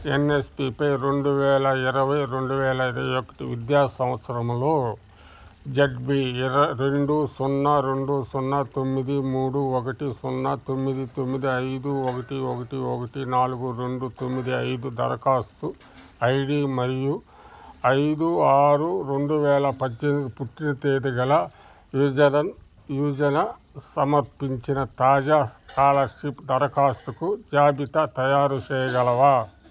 ఎన్ఎస్పీపై రెండు వేల ఇరవై రెండు వేల ఇరవై ఒకటి విద్యాసంవత్సరంలో జడ్బీ ఇర రెండు సున్నా రెండు సున్నా తొమ్మిది మూడు ఒకటి సున్నా తొమ్మిది తొమ్మిది ఐదు ఒకటి ఒకటి ఒకటి నాలుగు రెండు తొమ్మిది ఐదు దరఖాస్తు ఐడి మరియు ఐదు ఆరు రెండు వేల పద్దెనిమిది పుట్టిన తేదిగల యూజలన్ యూజల సమర్పించిన తాజా స్కాలర్షిప్ ధరఖాస్తుకు జాబితా తయారుచేయగలవా